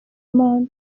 imana